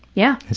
yeah.